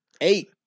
Eight